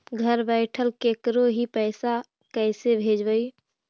घर बैठल केकरो ही पैसा कैसे भेजबइ?